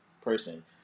person